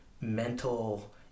mental